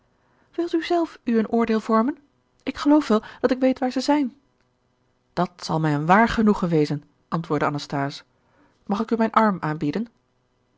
wilt u zelf u een oordeel vormen ik geloof wel dat ik weet waar zij zijn dat zal mij een waar genoegen wezen antwoordde anasthase mag ik u mijn arm aanbieden